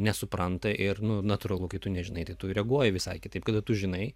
nesupranta ir natūralu kai tu nežinai tai tu reaguoji visai kitaip kada tu žinai